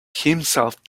himself